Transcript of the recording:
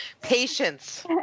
Patience